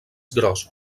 gros